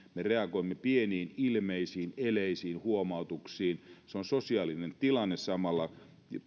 reagoimme pieniin ilmeisiin eleisiin huomautuksiin se on sosiaalinen tilanne samalla